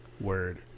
Word